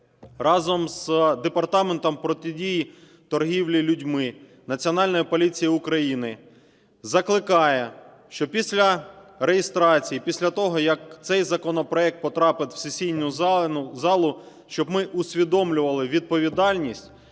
разом з Департаментом протидії торгівлі людьми Національної поліції України, закликають, що після реєстрації, після того, як цей законопроект потрапить у сесійну залу, щоб ми усвідомлювали відповідальність,